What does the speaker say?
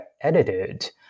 edited